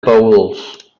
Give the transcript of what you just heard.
paüls